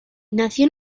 nació